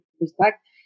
respect